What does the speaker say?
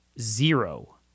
zero